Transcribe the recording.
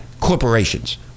corporations